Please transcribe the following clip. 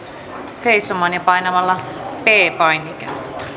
seisomaan ja painamalla p painiketta